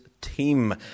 team